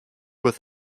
with